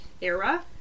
era